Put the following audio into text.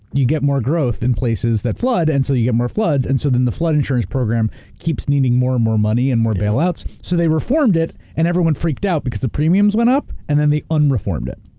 you get more growth in places that flood, and so you get more floods. so, then the flood insurance program keeps needing more and more money, and more bail outs, so they reformed it, and everyone freaked out because the premiums went up. and then they un-reformed it.